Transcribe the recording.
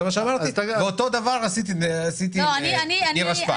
אותו דבר עשיתי לנירה שפק,